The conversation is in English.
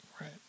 Right